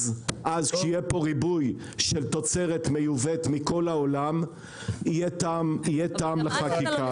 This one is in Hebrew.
אז כשיהיה פה ריבוי של תוצרת מיובאת מכל העולם יהיה טעם בחקיקה הזאת.